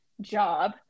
job